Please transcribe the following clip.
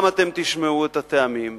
גם אתם תשמעו את הטעמים.